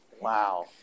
Wow